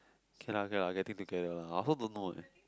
k lah k lah getting together lah I also don't know eh